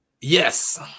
Yes